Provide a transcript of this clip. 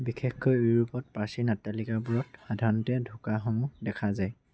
বিশেষকৈ ইউৰোপত প্ৰাচীন অট্টালিকাবোৰত সাধাৰণতে ঢোকাসমূহ দেখা যায়